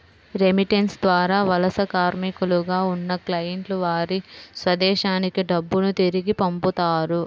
remittance ద్వారా వలస కార్మికులుగా ఉన్న క్లయింట్లు వారి స్వదేశానికి డబ్బును తిరిగి పంపుతారు